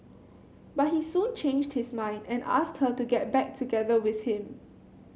but he soon changed his mind and asked her to get back together with him